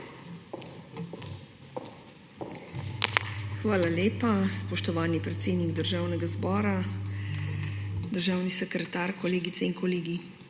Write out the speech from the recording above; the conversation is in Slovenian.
Hvala lepa, spoštovani predsednik Državnega zbora. Državni sekretar, kolegice in kolegi!